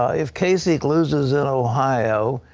ah if kasich loses in ohio,